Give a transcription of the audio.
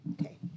Okay